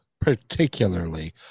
particularly